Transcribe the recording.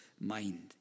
mind